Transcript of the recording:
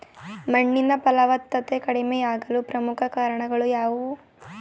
ಮಣ್ಣಿನ ಫಲವತ್ತತೆ ಕಡಿಮೆಯಾಗಲು ಪ್ರಮುಖ ಕಾರಣಗಳು ಯಾವುವು?